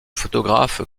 photographe